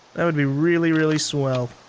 that would be really really swell.